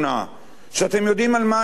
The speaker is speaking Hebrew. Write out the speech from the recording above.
שאתם יודעים על מה אני מדבר.